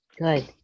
good